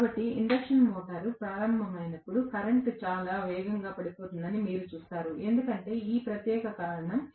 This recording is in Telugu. కాబట్టి ఇండక్షన్ మోటారు ప్రారంభమైనప్పుడు కరెంట్ చాలా వేగంగా పడిపోతుందని మీరు చూస్తారు ఎందుకంటే ఈ ప్రత్యేక కారణం